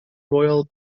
royal